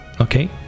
okay